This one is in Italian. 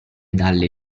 dalle